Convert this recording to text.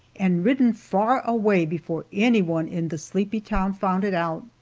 and ridden far away before anyone in the sleepy town found it out.